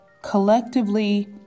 collectively